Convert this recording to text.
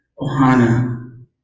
Ohana